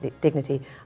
dignity